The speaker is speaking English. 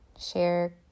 Share